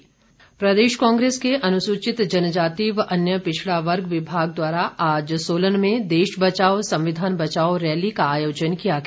rally प्रदेश कांग्रेस के अनुसूचित जनजाति व अन्य पिछड़ा वर्ग विभाग द्वारा आज सोलन में देश बचाओ संविधान बचाओ रैली का आयोजन किया गया